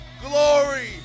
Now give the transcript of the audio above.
Glory